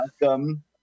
welcome